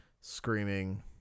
screaming